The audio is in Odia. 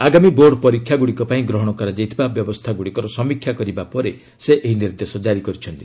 ଆଗାମୀ ବୋର୍ଡ଼ ପରୀକ୍ଷାଗୁଡ଼ିକ ପାଇଁ ଗ୍ରହଣ କରାଯାଇଥିବା ବ୍ୟବସ୍ଥାଗୁଡ଼ିକର ସମୀକ୍ଷା କରିବା ପରେ ସେ ଏହି ନିର୍ଦ୍ଦେଶ ଜାରି କରିଛନ୍ତି